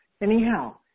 Anyhow